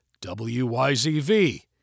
WYZV